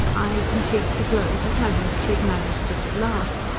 eyes and cheeks aglow, to tell him that she had managed it at last,